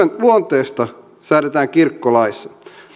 luonteesta säädetään kirkkolaissa